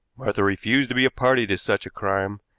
martha refused to be a party to such a crime,